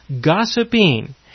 gossiping